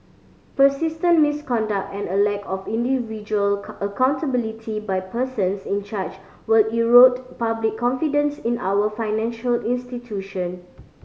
persistent misconduct and a lack of individual accountability by persons in charge will erode public confidence in our financial institution